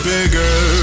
Bigger